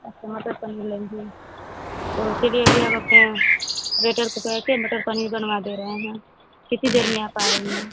अच्छा मटर पनीर लेंगी तो चलिए अभी हम अपने वेटर को कहे के मटर पनीर बनवा दे रहे हैं कितनी देर में आप आ रही हैं